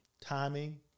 timing